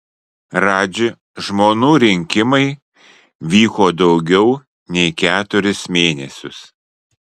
radži žmonų rinkimai vyko daugiau nei keturis mėnesius